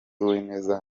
uwineza